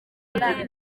imirire